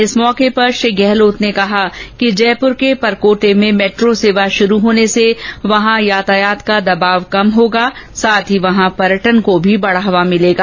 इस मौके पर मुख्यमंत्री अशोक गहलोत ने कहा कि जयपुर के परकोटे में मेट्रो की सेवा शुरू होने से वहां यातायात का दवाब कम होगा साथ ही वहां पर्यटन को भी बढ़ावा भिलेगा